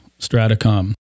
Stratacom